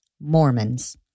Mormons